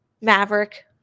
Maverick